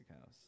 House